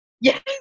yes